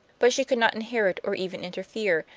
but she could not inherit, or even interfere,